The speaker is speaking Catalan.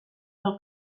del